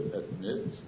admit